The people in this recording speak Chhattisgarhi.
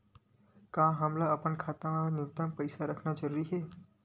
का हमला अपन खाता मा न्यूनतम पईसा रखना जरूरी हे?